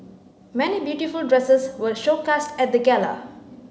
many beautiful dresses were show cast at the gala